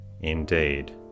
indeed